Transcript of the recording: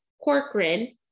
Corcoran